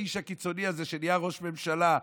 האיש הקיצוני הזה שנהיה ראש ממשלה,